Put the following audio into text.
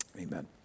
amen